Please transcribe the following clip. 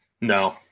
No